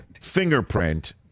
fingerprint